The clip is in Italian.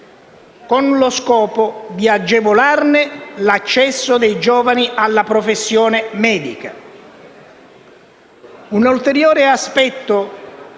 con lo scopo di agevolare l'accesso dei giovani alla professione medica. Un ulteriore aspetto